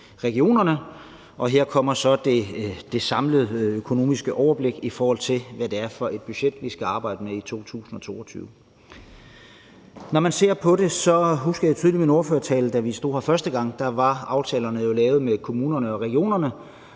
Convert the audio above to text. og her kommer så det samlede økonomiske overblik, i forhold til hvad det er for et budget, vi skal arbejde med i 2022. Når man ser på det, husker jeg tydeligt min ordførertale, da vi stod her første gang. Da var aftalerne jo lavet med kommunerne og regionerne,